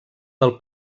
del